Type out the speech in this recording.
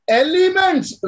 elements